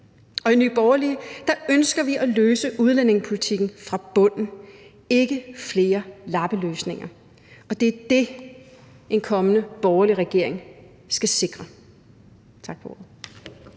Og i Nye Borgerlige ønsker vi at løse udlændingepolitikken fra bunden – ikke flere lappeløsninger. Og det er det, en kommende borgerlig regering skal sikre. Tak for ordet.